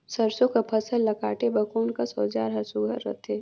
सरसो कर फसल ला काटे बर कोन कस औजार हर सुघ्घर रथे?